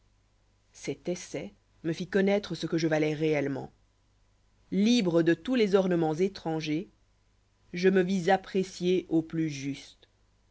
cet essai me fit connoître ce que je valois réellement libre de tous les ornements étrangers je me vis apprécié au plus juste